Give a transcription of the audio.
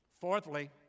Fourthly